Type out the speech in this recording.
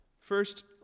First